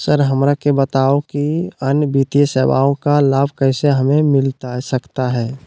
Sir हमरा के बताओ कि अन्य वित्तीय सेवाओं का लाभ कैसे हमें मिलता सकता है?